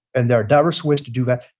and there are diverse ways to do that.